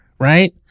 Right